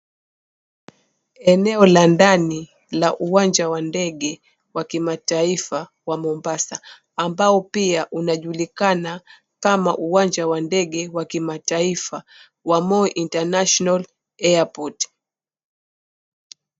Eneo la ndani la uwanja wa ndege wa kimataifa wa Mombasa ambao pia unajulikana kama uwanja wa ndege wa kimataifa wa Moi International Airport.